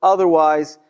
Otherwise